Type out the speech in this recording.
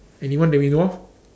anyone that we know of